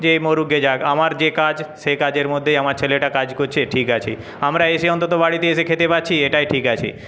যে মরুক গে যাক আমার যে কাজ সে কাজের মধ্যেই আমার ছেলেটা কাজ করছে ঠিক আছে আমরা এসে অন্তত বাড়িতে এসে খেতে পাচ্ছি এটাই ঠিক আছে